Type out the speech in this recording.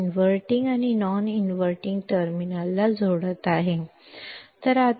inverting ಮತ್ತು non inverting terminal ಅನ್ನು ಸಂಪರ್ಕಿಸುವ ಯಾವುದೇ ಭೌತಿಕ ಸಂಪರ್ಕ ಅಥವಾ ತಂತಿ ಇಲ್ಲ